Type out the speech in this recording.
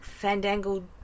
fandangled